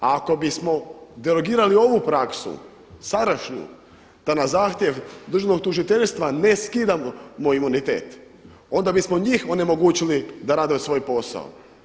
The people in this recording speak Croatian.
A ako bismo derogirali ovu praksu sadašnju da na zahtjev državnog tužiteljstva ne skidamo imunitet onda bismo njih onemogućili da rade svoj posao.